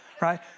Right